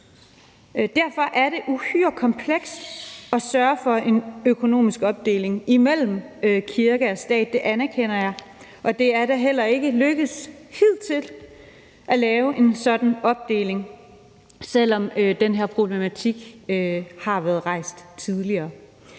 Derfor er det uhyre komplekst at sørge for en økonomisk opdeling imellem kirke og stat. Det anerkender jeg, og det er da heller ikke lykkedes hidtil at lave en sådan opdeling, selv om den her problematik har været rejst tidligere.